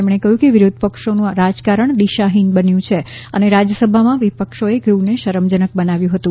તેમણે કહ્યું કે વિરોધ પક્ષોનું રાજકારણ દિશાહીન બન્યું છે અને રાજ્યસભામાં વિપક્ષોએ ગૃહને શરમજનક બનાવ્યું હતું